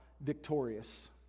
victorious